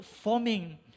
forming